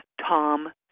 Tom